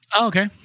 okay